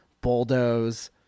bulldoze